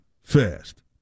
fast